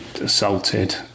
assaulted